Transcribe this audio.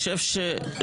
אני חושב ש --- שוב,